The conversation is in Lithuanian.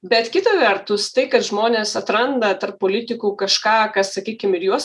bet kita vertus tai kad žmonės atranda tarp politikų kažką kas sakykim ir juos